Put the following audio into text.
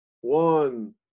One